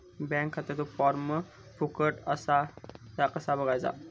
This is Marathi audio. बँक खात्याचो फार्म फुकट असा ह्या कसा बगायचा?